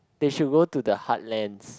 they should go to the heartlands